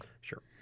Sure